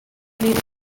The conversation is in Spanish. líder